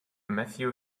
matthew